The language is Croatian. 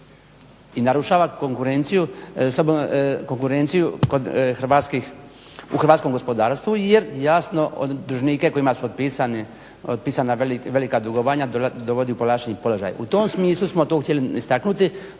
i narušava konkurenciju kod u hrvatskom gospodarstvu, jer jasno dužnike kojima su otpisana velika dugovanja dovodi u povlašteni položaj. U tom smislu smo to htjeli istaknuti